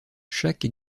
chaque